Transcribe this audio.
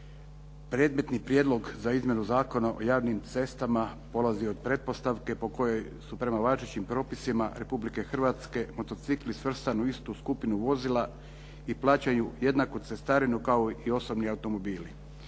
Predmetni prijedlog za izmjenu Zakona o javnim cestama polazi od pretpostavke po kojoj su prema važećim propisima Republike Hrvatske motocikli svrstani u istu skupinu vozila i plaćaju jednaku cestarinu kao i osobni automobili.